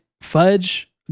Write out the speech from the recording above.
fudge